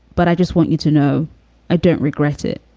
but i just want you to know i don't regret it.